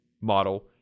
model